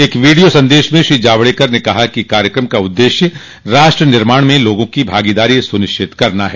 एक वीडियो संदेश में श्री जावडेकर ने कहा कि इस कार्यक्रम का उद्देश्य राष्ट्र निर्माण में लोगों की भागीदारी सुनिश्चित करना है